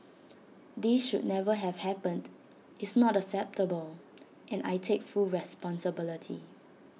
this should never have happened is not acceptable and I take full responsibility